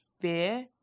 fear